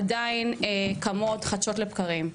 עדיין קמות חדשות לבקרים.